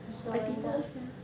!wah! I didn't know sia